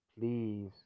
Please